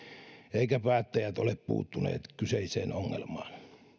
eivätkä päättäjät ole puuttuneet kyseiseen ongelmaan